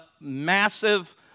massive